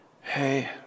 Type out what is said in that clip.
hey